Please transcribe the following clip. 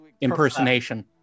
impersonation